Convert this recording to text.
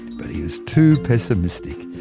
but he was too pessimistic.